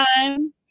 time